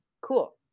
cool